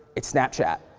it's snapchat,